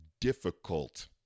difficult